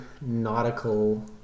nautical